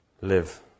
Live